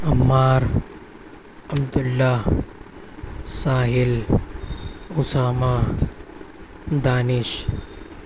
Ammar Abdullah Sahil Osama Danish